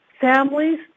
families